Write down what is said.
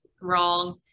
wrong